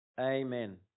Amen